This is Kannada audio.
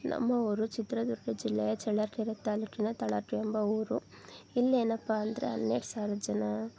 ನಮ್ಮ ಊರು ಚಿತ್ರದುರ್ಗ ಜಿಲ್ಲೆಯ ಚಳ್ಳಕೆರೆ ತಾಲೂಕಿನ ತಳಕು ಎಂಬ ಊರು ಇಲ್ಲೇನಪ್ಪ ಅಂದರೆ ಹನ್ನೆರಡು ಸಾವಿರ ಜನ